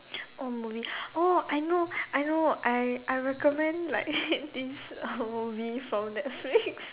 oh movie oh I know I know I I recommend like this movie from netflix